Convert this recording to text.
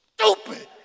stupid